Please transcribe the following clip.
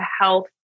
health